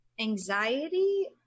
Anxiety